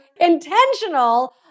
intentional